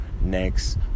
next